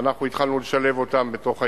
שאנחנו התחלנו לשלב אותם בתוך היישובים,